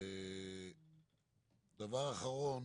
דבר אחרון